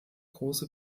große